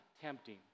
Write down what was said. tempting